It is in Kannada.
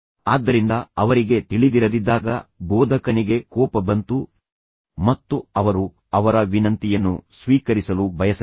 ಆದ್ದರಿಂದ ಅವರಿಗೆ ತಿಳಿದಿರದಿದ್ದಾಗ ಬೋಧಕನಿಗೆ ಕೋಪ ಬಂತು ಮತ್ತು ಅವರು ಅವರ ವಿನಂತಿಯನ್ನು ಸ್ವೀಕರಿಸಲು ಬಯಸಲಿಲ್ಲ